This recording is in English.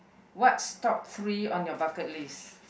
what's top three on your bucket list